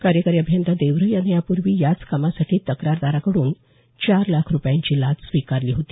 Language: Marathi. कार्यकारी अभियंता देवरे यानं यापूर्वी याच कामासाठी तक्रारदाराकडून चार लाख रुपयांची लाच स्वीकारली होती